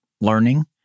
learning